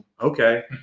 okay